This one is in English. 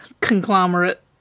conglomerate